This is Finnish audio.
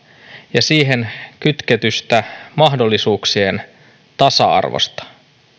ja siihen kytketystä mahdollisuuksien tasa arvosta